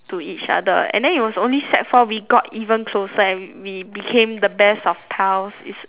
to each other and then it was only sec four we got even closer and we became the best of pals is